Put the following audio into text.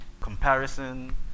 comparison